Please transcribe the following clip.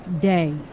day